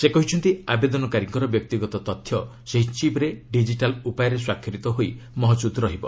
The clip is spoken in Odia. ସେ କହିଛନ୍ତି ଆବେଦନକାରୀଙ୍କର ବ୍ୟକ୍ତିଗତ ତଥ୍ୟ ସେହି ଚିପ୍ରେ ଡିକିଟାଲ୍ ଉପାୟରେ ସ୍ୱାକ୍ଷରିତ ହୋଇ ମହଜୁଦ୍ ରହିବ